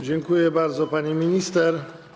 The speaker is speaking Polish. Dziękuję bardzo, pani minister.